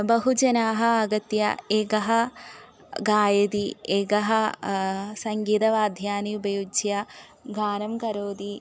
बहवः जनाः आगत्य एकः गायाति एकः सङ्गीतवाद्यान् उपयुज्य गानं करोति